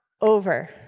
over